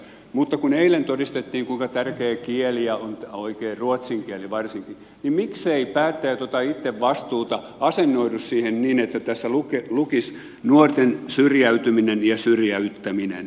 mutta kun eilen todistettiin kuinka tärkeä kieli on ja oikein ruotsin kieli varsinkin niin mikseivät päättäjät ota itse vastuuta asennoidu siihen niin että tässä lukisi nuorten syrjäytyminen ja syrjäyttäminen